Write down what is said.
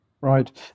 Right